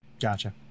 Gotcha